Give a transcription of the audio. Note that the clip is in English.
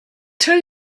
two